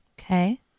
Okay